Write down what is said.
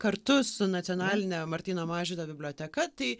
kartu su nacionaline martyno mažvydo biblioteka tai